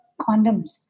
condoms